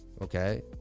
Okay